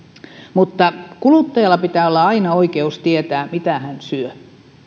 mutta kuluttajalla pitää olla aina oikeus tietää mitä hän syö